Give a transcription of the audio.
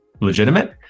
legitimate